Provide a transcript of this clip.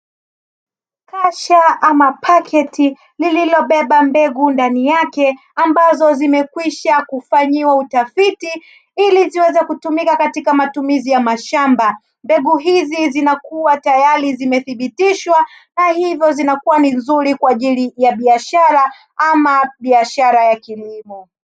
Kasha ama paketi lililobeba mbegu ndani yake ambazo zimekwisha kufanyiwa utafiti, ili ziweze kutumika katika matumizi ya mashamba. Mbegu hizi zinakuwa tayari zimethibitishwa na hivyo zinakuwa ni nzuri kwa ajili ya biashara ama biashara ya kilimo.